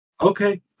okay